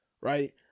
right